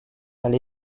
aller